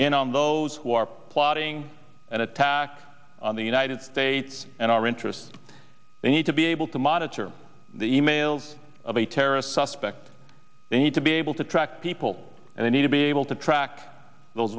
in on those who are plotting an attack on the united states and our interests they need to be able to monitor the e mails of a terrorist suspect they need to be able to track people and they need to be able to track those